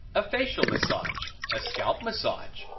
a facial massage, a scalp massage,